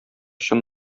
чын